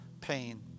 pain